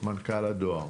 מנכ"ל הדואר